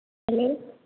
hello